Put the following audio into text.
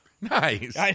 Nice